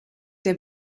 der